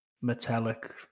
metallic